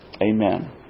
Amen